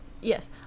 Yes